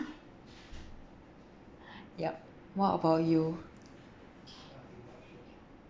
yup what about you